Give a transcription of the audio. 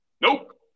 Nope